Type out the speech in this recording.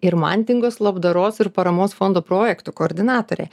ir mantingos labdaros ir paramos fondo projektų koordinatorė